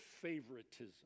favoritism